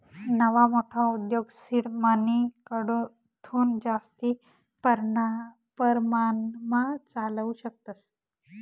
नवा मोठा उद्योग सीड मनीकडथून जास्ती परमाणमा चालावू शकतस